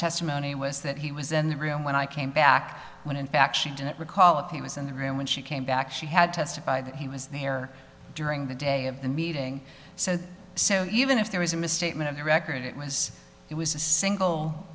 testimony was that he was in the room when i came back when in fact she didn't recall if he was in the room when she came back she had testified that he was there during the day of the meeting so so even if there was a misstatement of the record it was it was a single